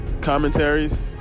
commentaries